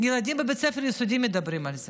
ילדים בבית ספר יסודי מדברים על זה.